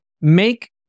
make